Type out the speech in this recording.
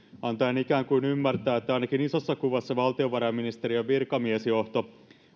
antaen ikään kuin ymmärtää että ainakin isossa kuvassa valtiovarainministeriön virkamiesjohto